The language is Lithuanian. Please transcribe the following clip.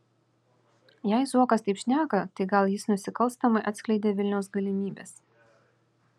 jei zuokas taip šneka tai gal jis nusikalstamai atskleidė vilniaus galimybes